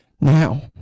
Now